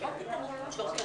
בשעה 11:50.